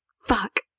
fuck